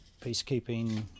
peacekeeping